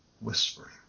whispering